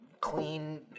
clean